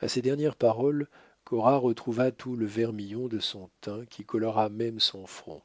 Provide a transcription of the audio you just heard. à ces dernières paroles cora retrouva tout le vermillon de son teint qui colora même son front